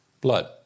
blood